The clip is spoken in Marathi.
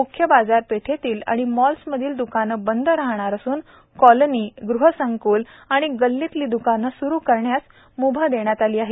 म्ख्य बाजारपेठेतील व मॉल्समधील द्काने बंद राहणार असून कॉलनी गृह संकूल व गल्लीतील दुकाने सुरू करण्यास मुभा देण्यात आली आहे